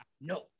no